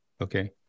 Okay